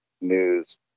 news